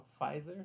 Pfizer